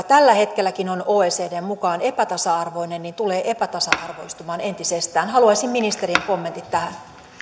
tällä hetkelläkin on oecdn mukaan epätasa arvoinen tulee epätasa arvoistumaan entisestään haluaisin ministerien kommentit tähän